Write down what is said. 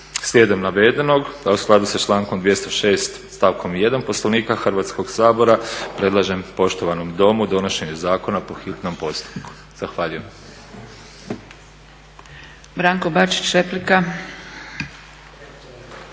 Slijedom navedenog a u skladu sa člankom 206.stavkom 1. Poslovnika Hrvatskog sabora predlažem poštovanom domu donošenje zakona po hitnom postupku. Zahvaljujem. **Zgrebec, Dragica